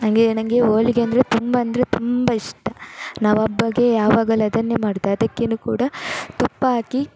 ನನಗೆ ನನಗೆ ಹೋಳಿಗೆ ಅಂದರೆ ತುಂಬ ಅಂದರೆ ತುಂಬ ಇಷ್ಟ ನಾವು ಹಬ್ಬಕ್ಕೆ ಯಾವಾಗಲೂ ಅದನ್ನೇ ಮಾಡೋದು ಅದಕ್ಕೇನು ಕೂಡ ತುಪ್ಪ ಹಾಕಿ